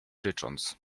rycząc